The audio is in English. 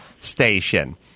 station